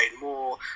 more